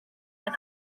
heno